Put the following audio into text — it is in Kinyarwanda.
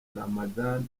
ramadhan